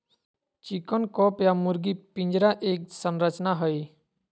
chicken coop या मुर्गी पिंजरा एक संरचना हई,